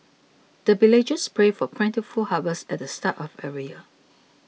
the villagers pray for plentiful harvest at the start of every year